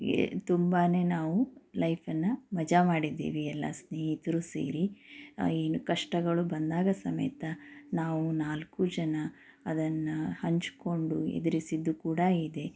ತುಂಬ ನಾವು ಲೈಫನ್ನು ಮಜಾ ಮಾಡಿದ್ದೀವಿ ಎಲ್ಲ ಸ್ನೇಹಿತರು ಸೇರಿ ಏನು ಕಷ್ಟಗಳು ಬಂದಾಗ ಸಮೇತ ನಾವು ನಾಲ್ಕೂ ಜನ ಅದನ್ನು ಹಂಚ್ಕೊಂಡು ಎದುರಿಸಿದ್ದು ಕೂಡ ಇದೆ